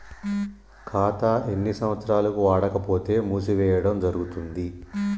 ఖాతా ఎన్ని సంవత్సరాలు వాడకపోతే మూసివేయడం జరుగుతుంది?